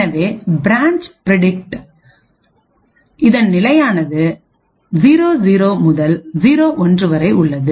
எனவே பிரான்ச் பிரடிக்ட்இன் நிலையானது00 முதல் 01 வரை உள்ளது